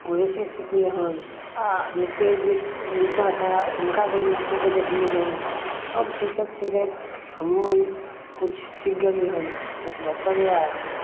वहीसँ सिखलियै हम आ जतेक जे एडिटर हए हुनकासँ यूट्यूबपर देखलियै हमसभ सीखैत सीखैत हमहूँ अर किछु सीखि गेलियै हन किछु बचल अइ